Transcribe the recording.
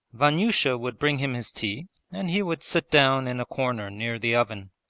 vanyusha would bring him his tea and he would sit down in a corner near the oven.